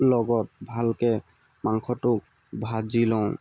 লগত ভালকৈ মাংসটো ভাজি লওঁ